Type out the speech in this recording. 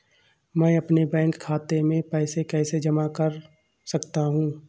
मैं अपने बैंक खाते में पैसे कैसे जमा कर सकता हूँ?